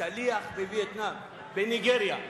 שליח בווייטנאם, בניגריה.